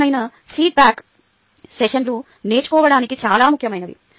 ఈ రకమైన ఫీడ్బ్యాక్ సెషన్లు నేర్చుకోవడానికి చాలా ముఖ్యమైనవి